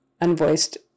unvoiced